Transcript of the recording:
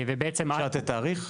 אתה יכול לתת תאריך?